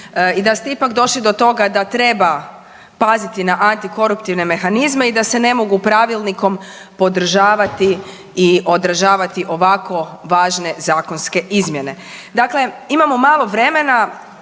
i da ste ipak došli do toga da treba paziti na antikoruptivne mehanizme i da se ne mogu pravilnikom podržavati i odražavati ovako važne zakonske izmjene. Dakle, imamo malo vremena,